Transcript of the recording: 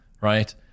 right